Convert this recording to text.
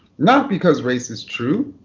not because race is true.